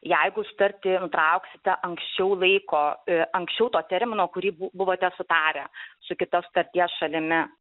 jeigu sutartį nutrauksite anksčiau laiko anksčiau to termino kurį buvote sutarę su kita sutarties šalimi